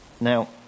Now